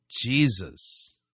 Jesus